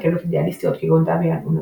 לקהילות אידיאליסטיות כגון דביאן הוא נדיר.